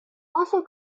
also